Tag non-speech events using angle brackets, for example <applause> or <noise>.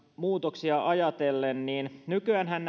muutoksia ajatellen nykyäänhän <unintelligible>